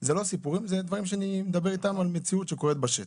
זה לא סיפורים, אני מדבר על מציאות שקורית בשטח.